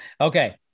okay